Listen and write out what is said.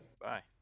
Bye